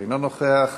אינו נוכח,